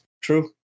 true